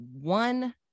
one